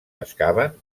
pescaven